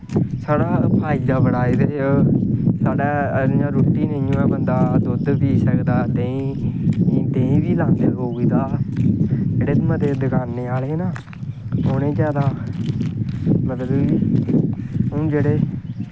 फैदा बड़ा ऐ एह्दा रुट्टी नेईं होऐ बंदा दुद्ध पी सकदा देहीं बी खाही सकदा जेह्ड़े बड्जे दकाने आह्ले न उ'नें जैदा हून मतलब कि